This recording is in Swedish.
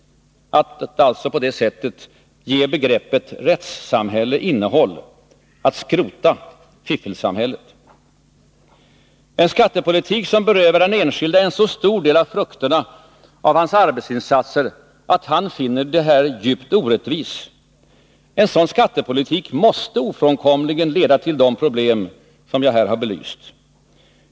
Att alltså på det sättet ge begreppet rättssamhälle innehåll, att skrota fiffelsamhället. En skattepolitik som berövar den enskilde en så stor del av frukterna av hans arbetsinsatser att han finner detta djupt orättvist måste ofrånkomligen leda till de problem som jag här har belyst.